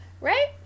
right